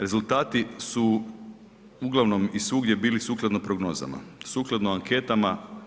Rezultati su uglavnom i svugdje bili sukladno prognozama, sukladno anketama.